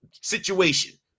situation